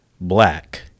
black